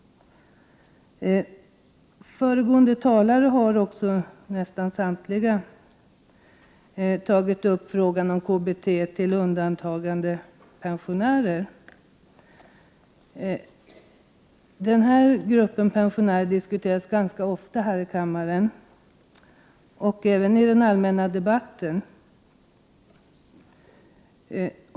Nästan samtliga föregående talare har tagit upp frågan om KBT till undantagandepensionärerna. Denna grupp pensionärer diskuteras ganska ofta här i kammaren och även i den allmänna debatten.